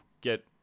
get